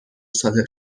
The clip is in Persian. صادر